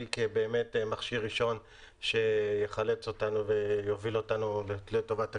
כמכשיר ראשון שיחלץ אותנו ויוביל אותנו לטובת הקדמה.